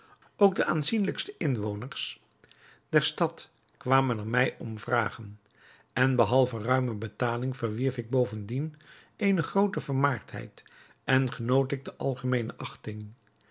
ook de aanzienlijkste inwoners der stad kwamen er mij om vragen en behalve ruime betaling verwierf ik bovendien eene groote vermaardheid en genoot ik de algemeene achting